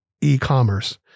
e-commerce –